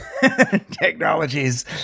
technologies